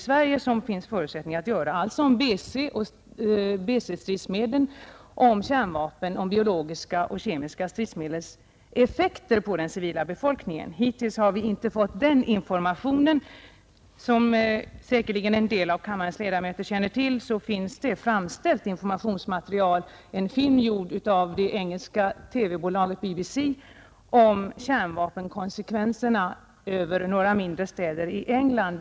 Jag tänker på BC-stridsmedel och kärnvapen, alltså biologiska och kemiska stridsmedel, och deras effekter på den civila befolkningen. Hittills har vi inte fått den informationen. Som säkerligen en del av kammarens ledamöter känner till finns informationsmaterial framställt, bl.a. har en film gjorts av det engelska TV-bolaget BBC, skildrande resultatet av ett kärnvapenfall mot några mindre städer i England.